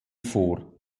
vor